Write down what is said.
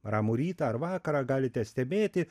ramų rytą ar vakarą galite stebėti